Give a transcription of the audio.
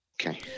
Okay